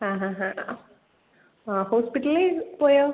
ആ ഹാ ഹാ ആ ആ ഹോസ്പിറ്റലിൽ പോയോ